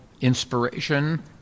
inspiration